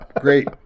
Great